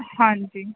ਹਾਂਜੀ